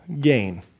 gain